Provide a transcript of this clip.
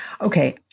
Okay